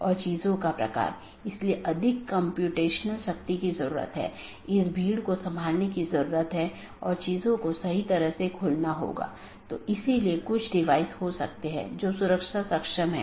autonomous system संगठन द्वारा नियंत्रित एक इंटरनेटवर्क होता है